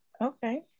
Okay